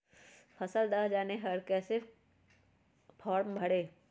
फसल दह जाने पर कैसे फॉर्म भरे?